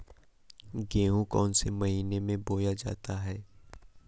गेहूँ कौन से महीने में बोया जाता है?